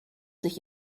sich